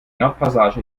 nordpassage